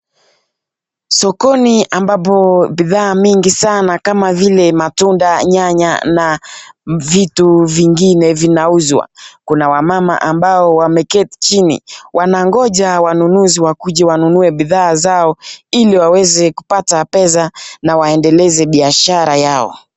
Sokoni ambapo bidhaa mingi sana kama vile: matunda, nyanya na vitu vingine vinauzwa. Kuna wamama ambao wameketi chini, wanangoja wanunuzi wakuje wanunue bidhaa zao ili waweze kupata pesa na waendeleze biashara yao.